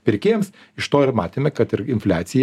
pirkėjams iš to ir matėme kad ir infliacija